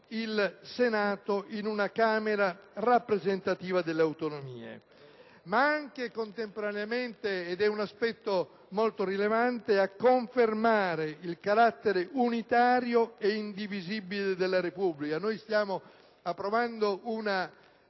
il Senato in una Camera rappresentativa delle autonomie, ma anche e contemporaneamente - ed è un aspetto molto rilevante - a confermare il carattere unitario e indivisibile della Repubblica. Stiamo approvando una